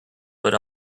but